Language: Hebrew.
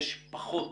יש פחות